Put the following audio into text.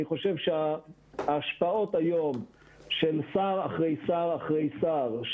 אני חושב שההשפעות היום של שר אחרי שר אחרי שר,